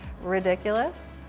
ridiculous